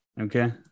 okay